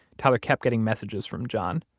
tyler kept getting messages from john.